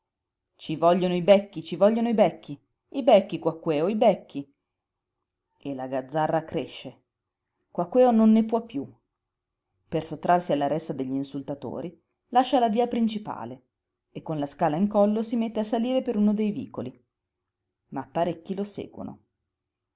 ci vogliono i becchi ci vogliono i becchi i becchi quaquèo i becchi e la gazzarra cresce quaquèo non ne può piú per sottrarsi alla ressa degli insultatori lascia la via principale e con la scala in collo si mette a salire per uno dei vicoli ma parecchi lo seguono